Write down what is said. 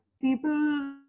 people